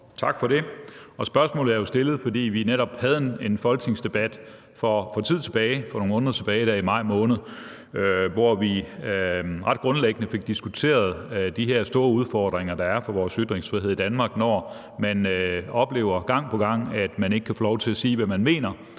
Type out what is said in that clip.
Tak for det. Spørgsmålet er jo stillet, fordi vi netop havde en folketingsdebat for nogle måneder tilbage, i maj måned, hvor vi ret grundlæggende fik diskuteret de her store udfordringer, der er for vores ytringsfrihed i Danmark, når man gang på gang oplever, at man ikke kan få lov til at sige, hvad man mener,